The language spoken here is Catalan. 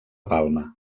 palma